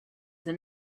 the